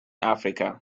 africa